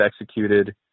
executed